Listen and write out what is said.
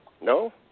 No